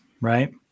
right